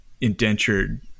indentured